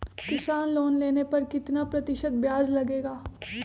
किसान लोन लेने पर कितना प्रतिशत ब्याज लगेगा?